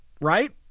right